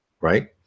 right